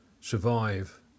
survive